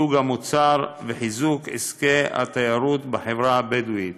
מיתוג המוצר וחיזוק עסקי התיירות בחברה הבדואית.